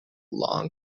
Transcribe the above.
long